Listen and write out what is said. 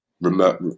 remote